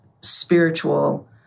spiritual